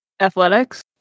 Athletics